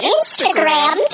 Instagram